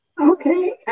Okay